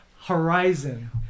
horizon